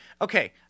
Okay